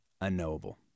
unknowable